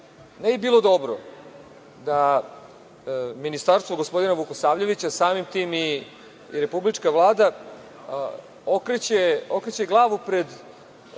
Ne bi bilo dobro da ministarstvo gospodina Vukosavljevića, samim tim i Republička Vlada okreće glavu pred